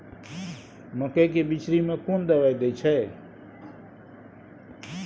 मकई के बिचरी में कोन दवाई दे छै?